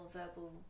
verbal